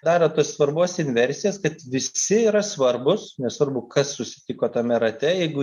daro tos svarbos inversijas kad visi yra svarbūs nesvarbu kas susitiko tame rate jeigu